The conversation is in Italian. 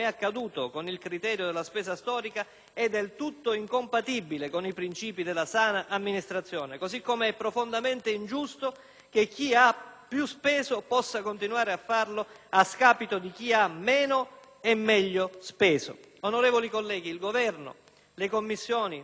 è del tutto incompatibile con i principi della sana amministrazione, così come è profondamente ingiusto che chi ha più speso possa continuare a farlo a scapito di chi ha meno e meglio speso. Onorevoli colleghi, il Governo, le Commissioni 1a, 5a e 6a e il relatore